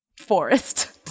forest